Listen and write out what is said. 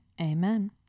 Amen